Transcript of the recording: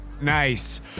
Nice